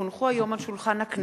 כי הונחו היום על שולחן הכנסת,